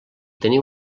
tenir